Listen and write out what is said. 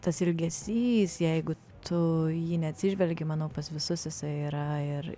tas ilgesys jeigu tu į jį neatsižvelgi manau pas visus jisai yra ir